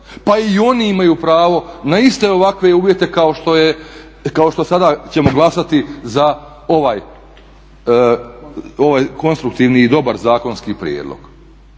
pa i oni imaju pravo na iste ovakve uvjete kao što sada ćemo glasati za ovaj konstruktivni i dobar zakonski prijedlog.